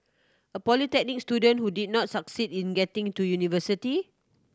a polytechnic student who did not succeed in getting to university